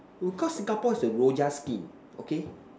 because Singapore is a Rojak skin okay